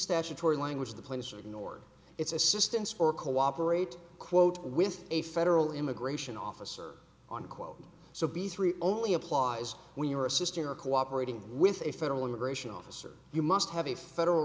statutory language the plaintiffs are ignored its assistance for cooperate quote with a federal immigration officer on quote so be three only applies when you are assisting or cooperating with a federal immigration officer you must have a federal